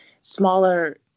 smaller